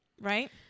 right